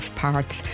parts